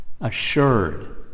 assured